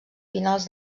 finals